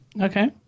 Okay